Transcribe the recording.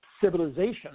civilization